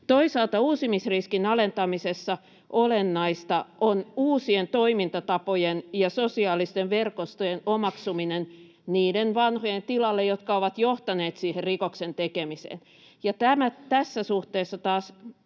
Toisaalta uusimisriskin alentamisessa olennaista on uusien toimintatapojen ja sosiaalisten verkostojen omaksuminen niiden vanhojen tilalle, jotka ovat johtaneet siihen rikoksen tekemiseen. Ja tässä suhteessa taas